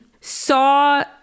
saw